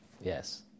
Yes